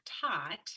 taught